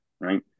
right